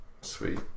Sweet